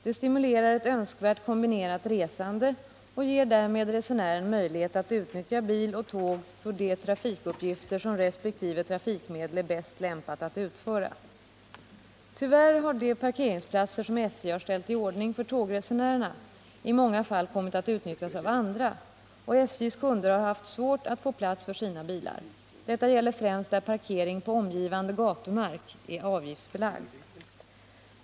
Det stimulerar ett önskvärt kombinerat resande och ger därmed resenären möjlighet att utnyttja bil och tåg för de trafikuppgifter som resp. trafikmedel är bäst lämpat att utföra. Tyvärr har de parkeringsplatser som SJ har ställt i ordning för tågresenärerna i många fall kommit att utnyttjas av andra, och SJ:s kunder har haft svårt att få plats för sina bilar. Detta gäller främst där parkering på omgivande gatumark är avgiftsbelagd.